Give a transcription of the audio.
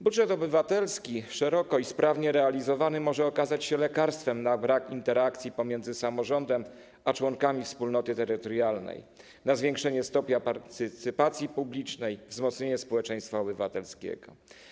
Budżet obywatelski szeroko i sprawnie realizowany może okazać się lekarstwem na brak interakcji pomiędzy samorządem a członkami wspólnoty terytorialnej, na zwiększenie stopy partycypacji publicznej, wzmocnienie społeczeństwa obywatelskiego.